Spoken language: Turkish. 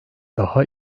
daha